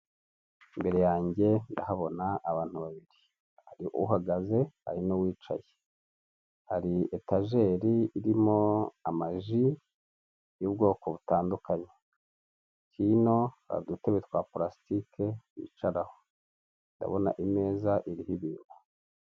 Imbere yanjye ndahabona abantu babiri. Hari uhagaze, hari n'uwicaye. Hari etajeri irimo amaji y'ubwoko butandukanye. Hino hari udutebe twa purasitike bicaraho. Ndabona imeza iriho ibintu.